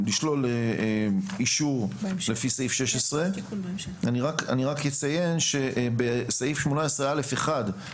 לשלול אישור לפי סעיף 16. אני רק אציין שבסעיף 18א(1)